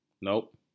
nope